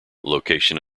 location